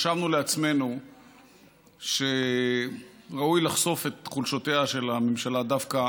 חשבנו לעצמנו שראוי לחשוף את חולשותיה של הממשלה דווקא